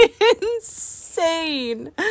insane